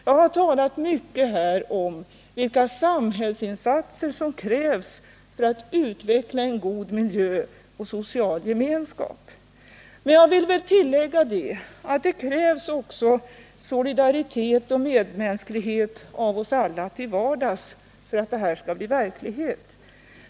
Jag har talat mycket här om vilka samhällsinsatser som krävs för att utveckla en god miljö och social gemenskap. Jag vill tillägga att det också krävs solidaritet och medmänsklighet av oss alla till vardags för att detta skall bli verklighet.